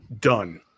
done